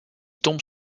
tombe